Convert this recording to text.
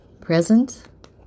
present